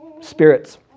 spirits